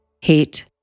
Hate